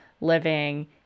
Living